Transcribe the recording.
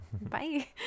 bye